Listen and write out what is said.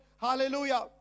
hallelujah